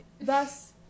thus